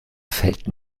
fällt